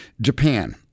Japan